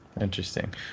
interesting